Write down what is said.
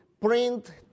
print